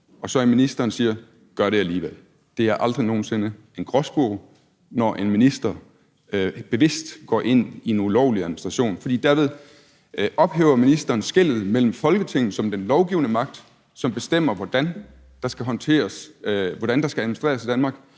så siger ministeren: Gør det alligevel. Det er aldrig nogen sinde en gråspurv, når en minister bevidst går ind i en ulovlig administration, for derved ophæver ministeren skellet mellem Folketinget som den lovgivende magt, som bestemmer, hvordan der skal administreres i Danmark,